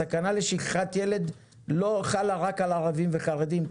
הסכנה לשכחת ילד לא חלה רק על ערבים וחרדים,